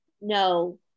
no